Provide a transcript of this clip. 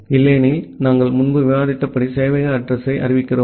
இல்லையெனில் நாங்கள் முன்பு விவாதித்தபடி சேவையக அட்ரஸ் யை அறிவிக்கிறோம்